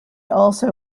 also